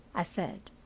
i said,